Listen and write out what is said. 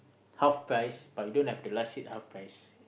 half price but you don't have the last seat half price